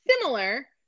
similar